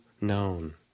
known